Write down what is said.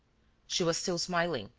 she was still smiling,